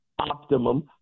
optimum